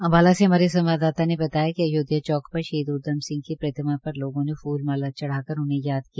अम्बाला से हमारे संवाददाता ने बताया कि अयोध्या चौक पर शहीद उद्यम सिंह की प्रतिमा पर लोगों ने फुलमाला चढ़ाकर उन्हें याद किया